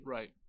Right